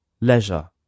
Leisure